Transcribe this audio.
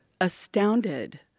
astounded